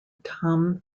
tom